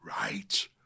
right